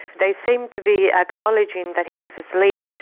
they seemed to be acknowledging that he was asleep,